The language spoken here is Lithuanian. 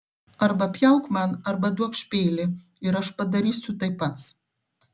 arba pjauk man arba duokš peilį ir aš padarysiu tai pats